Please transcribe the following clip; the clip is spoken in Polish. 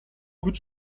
być